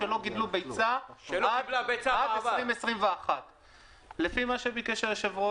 מה הבעיה שזה יופיע פה?